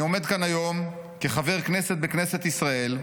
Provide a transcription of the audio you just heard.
אני עומד כאן היום כחבר הכנסת בכנסת ישראל,